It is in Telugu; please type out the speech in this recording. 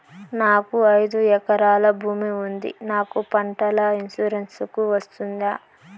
నాకు ఐదు ఎకరాల భూమి ఉంది నాకు పంటల ఇన్సూరెన్సుకు వస్తుందా?